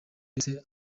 yose